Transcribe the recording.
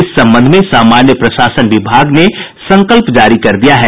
इस संबंध में सामान्य प्रशासन विभाग ने संकल्प जारी कर दिया है